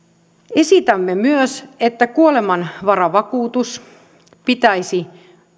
esitämme myös että kuolemanvaravakuutus pitäisi